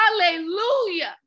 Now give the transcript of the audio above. hallelujah